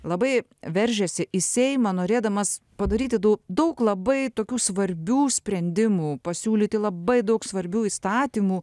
labai veržėsi į seimą norėdamas padaryti dau daug labai tokių svarbių sprendimų pasiūlyti labai daug svarbių įstatymų